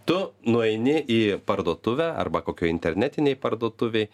tu nueini į parduotuvę arba kokioj internetinėj parduotuvėj